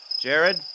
Jared